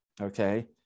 okay